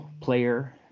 player